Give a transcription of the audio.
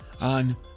on